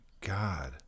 god